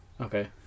Okay